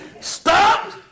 stop